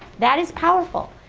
that is powerful.